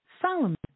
Solomon